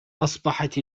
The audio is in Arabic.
أصبحت